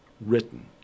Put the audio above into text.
written